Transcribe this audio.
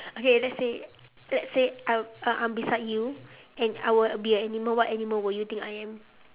okay let's say let's say I I I'm beside you and I would be an animal what animal would you think I am